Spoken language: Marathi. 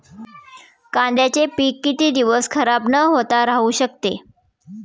कांद्याचे पीक किती दिवस खराब न होता राहू शकते?